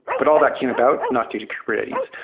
but all that came about not due to kubernetes.